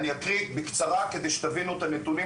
אני אקריא בקצרה כדי שתבינו את הנתונים,